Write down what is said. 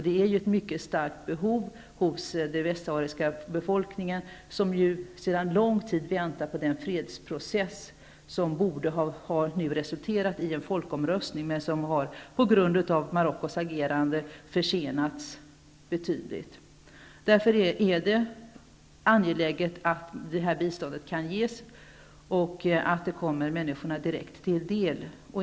Det är ett mycket starkt behov hos den västsahariska befolkningen, som sedan lång tid väntar på den fredsprocess som nu borde ha resulterat i en folkomröstning, men som försenats betydligt med anledning av Marockos agerande. Därför är det angeläget att detta bistånd kan ges och kommer människorna till del.